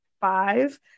five